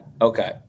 okay